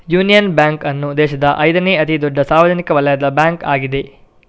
union Bank ಅನ್ನು ದೇಶದ ಐದನೇ ಅತಿ ದೊಡ್ಡ ಸಾರ್ವಜನಿಕ ವಲಯದ ಬ್ಯಾಂಕ್ ಆಗಿದೆ